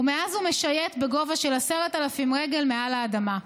ומאז הוא משייט בגובה של 10,000 רגל מעל לאדמה.